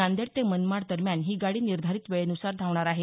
नांदेड ते मनमाड दरम्यान ही गाडी निर्धारित वेळेन्सार धावणार आहे